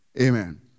Amen